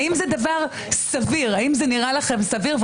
האם זה נראה לכם סביר,